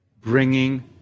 Bringing